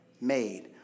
Made